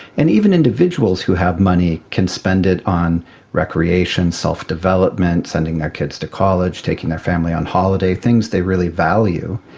and even individuals who have money can spend it on recreation, self-development, sending their kids to college, taking their family on holiday, things they really value.